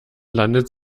landet